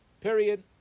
Period